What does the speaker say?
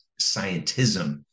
scientism